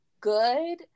good